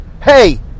Hey